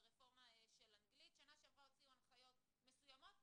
ברפורמה של אנגלית בשנה שעברה הוציאו הנחיות מסוימות,